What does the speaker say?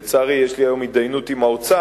לצערי, יש לי היום הידיינות עם האוצר.